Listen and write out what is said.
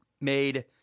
made